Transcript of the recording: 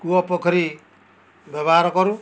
କୂଅ ପୋଖରୀ ବ୍ୟବହାର କରୁ